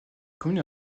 commune